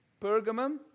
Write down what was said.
Pergamum